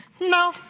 No